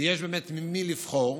ויש באמת ממי לבחור,